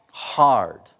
Hard